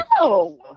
No